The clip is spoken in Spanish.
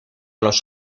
los